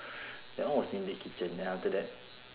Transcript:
that one was in the kitchen then after that